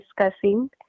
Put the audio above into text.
discussing